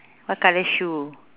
what colour shoe